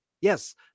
yes